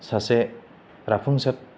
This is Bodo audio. सासे जाफुंसार